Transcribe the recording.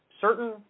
certain